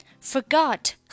Forgot